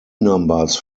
numbers